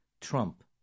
Trump